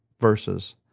verses